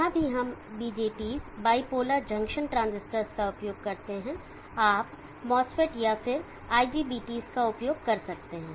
जहां भी हम BJTs बाइपोलर जंक्शन ट्रांजिस्टरस का उपयोग करते हैं आप MOSFET या फिर IGBTs का उपयोग कर सकते हैं